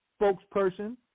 spokesperson